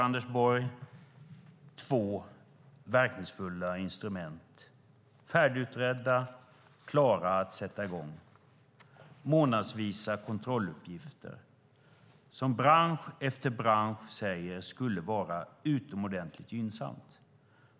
Anders Borg har två verkningsfulla instrument, färdigutredda, klara att sätta i gång med. Månadsvisa kontrolluppgifter säger bransch efter bransch skulle vara någonting utomordentligt gynnsamt.